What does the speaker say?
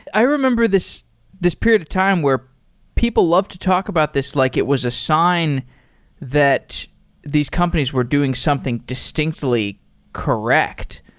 i remember this this period of time where people love to talk about this like it was a sign that these companies were doing something distinctly correct.